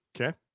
Okay